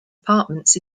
apartments